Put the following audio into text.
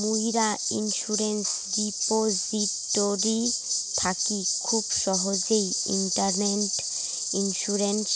মুইরা insurance repository থাকি খুব সহজেই ইন্টারনেটে ইন্সুরেন্স